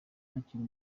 hakiri